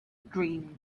dream